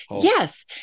yes